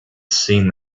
seen